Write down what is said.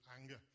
anger